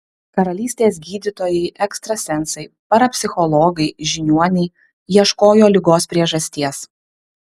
karalystės gydytojai ekstrasensai parapsichologai žiniuoniai ieškojo ligos priežasties